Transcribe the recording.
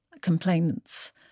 complainants